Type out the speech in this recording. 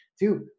dude